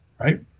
Right